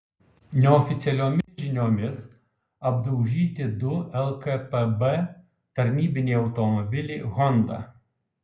neoficialiomis žiniomis apdaužyti du lkpb tarnybiniai automobiliai honda